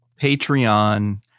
Patreon